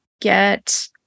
get